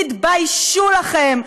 תתביישו לכם.